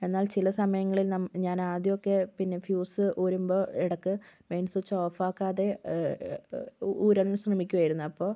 എന്നാൽ ചില സമയങ്ങൾ നമ്മൾ ഞാൻ ആദ്യമൊക്കെ പിന്നെ ഫ്യൂസ് ഊരുമ്പോൾ ഇടക്ക് മെയിൻ സ്വിച്ച് ഓഫാക്കാതെ ഊരാൻ ശ്രമിക്കുമായിരുന്നു